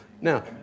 Now